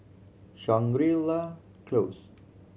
Shangri La Close